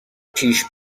پیش